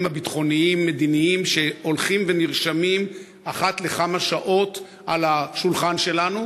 הביטחוניים-מדיניים שהולכים ונרשמים אחת לכמה שעות על השולחן שלנו,